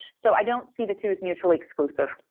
so i don't see the two is mutually exclusive.